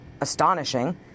astonishing